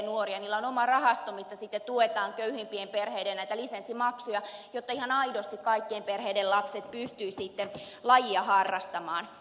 heillä on oma rahasto mistä sitten tuetaan köyhimpien perheiden lisenssimaksuja jotta ihan aidosti kaikkien perheiden lapset pystyvät sitten lajia harrastamaan